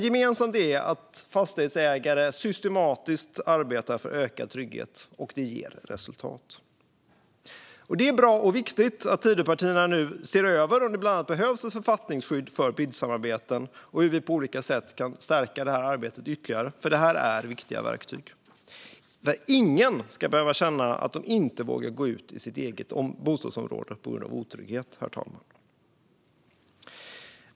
Gemensamt är att fastighetsägare systematiskt arbetar för ökad trygghet, och det ger resultat. Det är bra och viktigt att Tidöpartierna nu bland annat ser över om det behövs ett författningsstöd för BID-samarbeten och hur vi på olika sätt kan stärka det här arbetet ytterligare, för detta är viktiga verktyg. Ingen ska behöva känna att man inte vågar gå ut i sitt eget bostadsområde på grund av otrygghet, herr talman.